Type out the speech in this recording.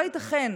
לא ייתכן